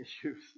issues